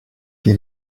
que